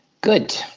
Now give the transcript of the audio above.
Good